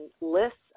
lists